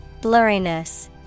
Blurriness